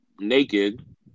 naked